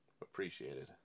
appreciated